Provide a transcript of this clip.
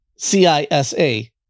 CISA